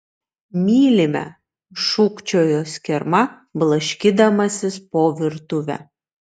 mylime šūkčiojo skirma blaškydamasis po virtuvę